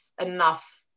enough